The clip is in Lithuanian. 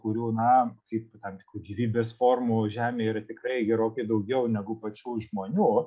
kurių na kaip tam tikrų gyvybės formų žemėje yra tikrai gerokai daugiau negu pačių žmonių